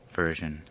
version